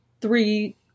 three